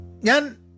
yan